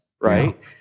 Right